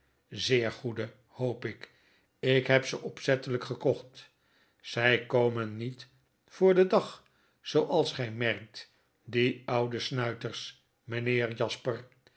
zeer goede hoop ik ik heb ze opzettelyk gekocht zy komen niet voor den dag zooals gy merkt die oude snuiters meneer jasper